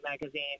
magazine